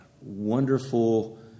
wonderful